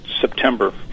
September